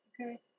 Okay